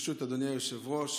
ברשות אדוני היושב-ראש,